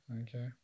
Okay